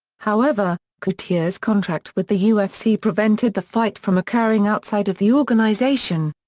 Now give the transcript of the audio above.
however, couture's contract with the ufc prevented the fight from occurring outside of the organization.